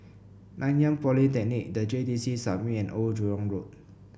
Nanyang Polytechnic The J T C Summit and Old Jurong Road